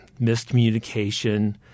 miscommunication